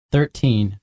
Thirteen